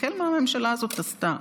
תסתכל מה הממשלה הזאת עשתה,